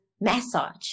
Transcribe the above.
massage